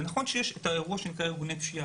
נכון שיש אירוע שנקרא ארגוני פשיעה